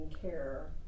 care